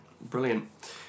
Brilliant